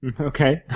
Okay